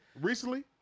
Recently